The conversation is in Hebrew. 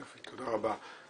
יופי, תודה רבה.